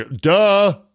Duh